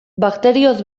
bakterioz